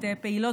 את פעילות